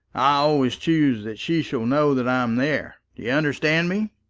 i always choose that she shall know that i'm there! do you understand me?